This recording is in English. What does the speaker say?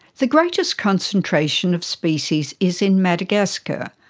the greatest concentration of species is in madagascar,